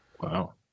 Wow